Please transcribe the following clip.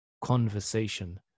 conversation